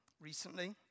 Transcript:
recently